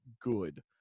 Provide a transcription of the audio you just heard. good